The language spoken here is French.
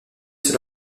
sur